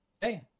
Hey